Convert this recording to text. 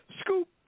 scoop